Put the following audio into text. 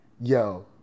yo